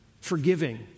forgiving